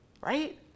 right